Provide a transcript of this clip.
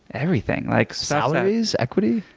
everything. like salaries? equity?